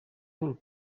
uhuru